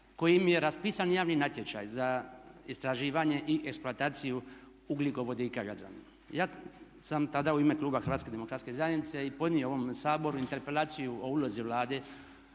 kojim je raspisan javni natječaj za istraživanje i eksploataciju ugljikovodika u Jadranu. Ja sam tada u ime kluba HDZ-a i podnio ovom Saboru interpelaciju o ulozi Vlade